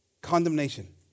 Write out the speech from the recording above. Condemnation